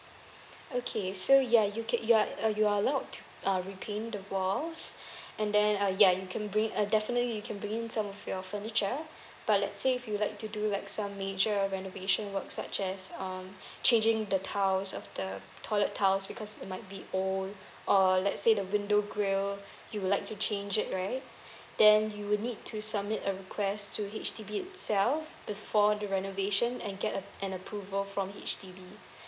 okay so ya you can you are uh you are allow to ah repaint the walls and then uh ya you can bring uh definitely you can bring in some of your furniture but let say if you like to do like some major renovation work such as um changing the tiles of the toilet tiles because it might be old or let's say the window grill you would like to change it right then you will need to submit a request to H_D_B itself before the renovation and get a an approval from H_D_B